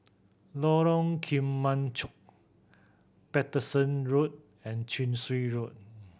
Lorong Kemunchup Paterson Road and Chin Swee Road